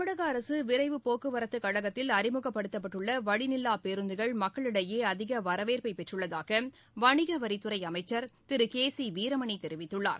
தமிழக அரசு விரைவு போக்குவரத்துக்கழகத்தில் அறிமுகப்படுத்தப்பட்டுள்ள வழி நில்லா பேருந்துகள் மக்களிடையே அதிக வரவேற்பை பெற்றுள்ளதாக வணிகவரித்துறை அமைச்சர் திரு கே சி வீரமணி தெரிவித்துள்ளார்